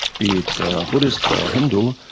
be it buddhist or hindu,